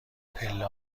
پله